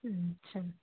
अच्छा